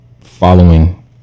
following